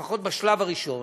לפחות בשלב הראשון,